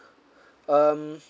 um